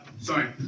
Sorry